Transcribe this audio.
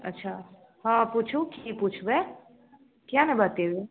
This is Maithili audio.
अच्छा हँ पुछू की पुछबै किएक ने बतेबै